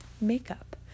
makeup